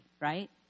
right